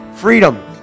freedom